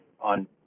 on